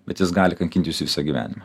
bet jis gali kankinti jus visą gyvenimą